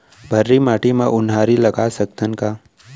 भर्री माटी म उनहारी लगा सकथन का?